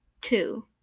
two